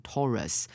Taurus